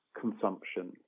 consumption